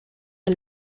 del